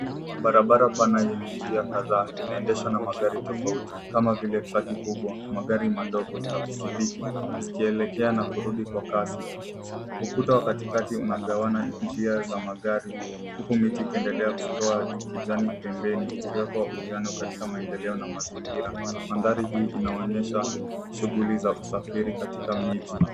Barabara pana yenye njia kadhaa inaendeshwa na magari tofauti kama vile traki kubwa , magari madogo na pikipiki zikielekea na kurudi kwa kasi. Ukuta wa katikakati unagawanya njia za magari huku miti ikiendelea kutoa kijani pembeni ikiwepo uwiano katika maendeleo na mazingira. Mandhari hii inaonyesha shughuli za usafiri katika miji.